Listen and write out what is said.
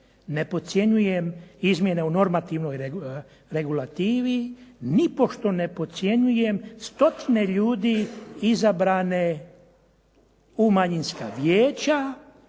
ne podcjenjujem izmjene u normativnoj regulativi, nipošto ne podcjenjujem …/Govornik se ne razumije./… izabrane u manjinska vijeća.